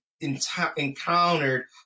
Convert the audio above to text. Encountered